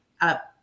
up